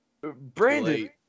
Brandon